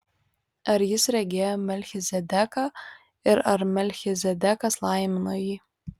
ar jis regėjo melchizedeką ir ar melchizedekas laimino jį